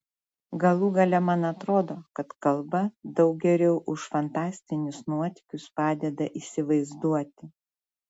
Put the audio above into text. galų gale man atrodo kad kalba daug geriau už fantastinius nuotykius padeda įsivaizduoti